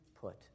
put